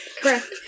correct